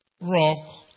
rock